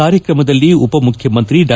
ಕಾರ್ಯಕ್ರಮದಲ್ಲಿ ಉಪಮುಖ್ಯಮಂತ್ರಿ ಡಾ